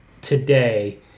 today